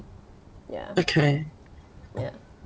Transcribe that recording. ya ya